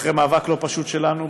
אחרי מאבק לא פשוט שלנו,